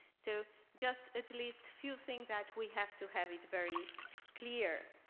so just at least few things that we have to have it very clear.